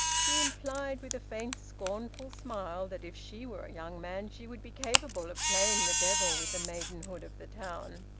she implied, with a faint scornful smile, that if she were a young man she would be capable of playing the devil with the maidenhood of the town.